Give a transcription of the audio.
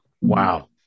Wow